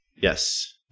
Yes